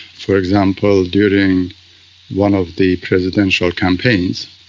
for example, during one of the presidential campaigns,